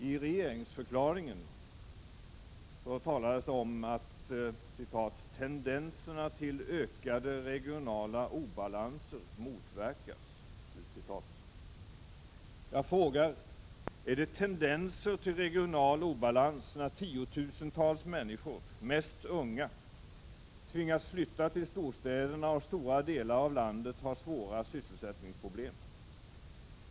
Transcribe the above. I regeringsförklaringen talas om att ”tendenserna till ökade regionala obalanser motverkas”. Jag frågar: Är det tendenser till regional obalans när tiotusentals människor, mest unga, tvingas flytta till storstäderna och stora delar av landet har svåra sysselsättningsproblem?